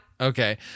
Okay